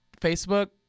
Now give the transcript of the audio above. Facebook